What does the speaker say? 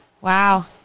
wow